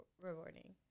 rewarding